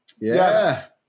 Yes